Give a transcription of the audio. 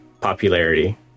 popularity